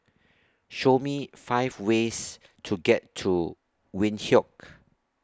Show Me five ways to get to Windhoek